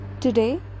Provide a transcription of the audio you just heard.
Today